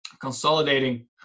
consolidating